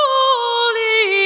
Holy